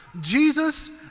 Jesus